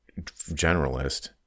generalist